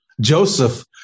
Joseph